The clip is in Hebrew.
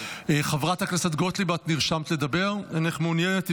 חברת הכנסת גוטליב, את נרשמת לדבר, אינך מעוניינת.